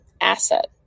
asset